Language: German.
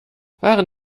waren